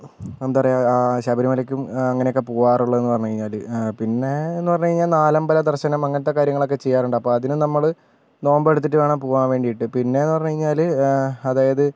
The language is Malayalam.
എന്താ പറയുക ആ ശബരിമലയ്ക്കും അങ്ങനെ ഒക്കെ പോകാറുള്ളത് എന്ന് പറഞ്ഞ് കഴിഞ്ഞാല് പിന്നേന്ന് പറഞ്ഞ് കഴിഞ്ഞാൽ നാലമ്പല ദർശനം അങ്ങനത്തെ കാര്യങ്ങളൊക്കെ ചെയ്യാറുണ്ട് അപ്പോൾ അതിന് നമ്മള് നോമ്പ് എടുത്തിട്ട് വേണം പോകാൻ വേണ്ടിയിട്ട് പിന്നെന്ന് പറഞ്ഞ് കഴിഞ്ഞാല് അതായത്